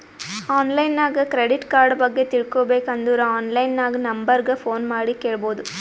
online ನಾಗ್ credit card ಬಗ್ಗೆ ತಿಳ್ಕೋಬೇಕ್ ಅಂದುರ್ ಆನ್ಲೈನ್ ನಾಗ್ ನಂಬರ್ ಗ ಫೋನ್ ಮಾಡಿ ಕೇಳ್ಬೋದು